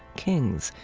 kings,